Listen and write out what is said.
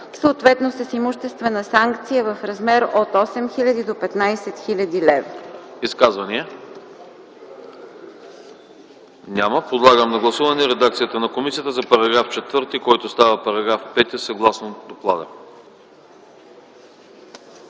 съответно с имуществена санкция в размер от 8000 до 15 000 лв.”